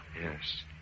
Yes